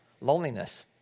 loneliness